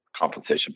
compensation